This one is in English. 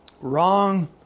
wrong